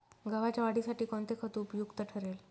गव्हाच्या वाढीसाठी कोणते खत उपयुक्त ठरेल?